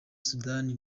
sudani